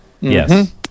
Yes